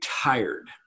tired